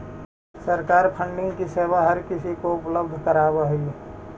सरकार फंडिंग की सेवा हर किसी को उपलब्ध करावअ हई